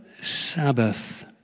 Sabbath